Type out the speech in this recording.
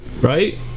Right